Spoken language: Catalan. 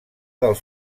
dels